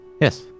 Yes